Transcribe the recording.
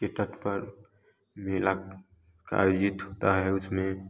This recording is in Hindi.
के तट पर मेला का आयोजित होता है उसमें